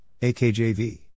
AKJV